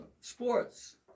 sports